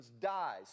dies